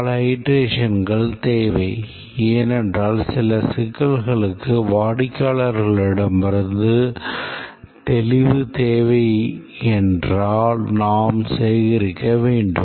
பல அயிட்ரேஷன் தேவை ஏனென்றால் சில சிக்கல்களுக்கு வாடிக்கையாளரிடமிருந்து தெளிவு தேவை என்றால் நாம் சேகரிக்க வேண்டும்